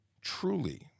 Truly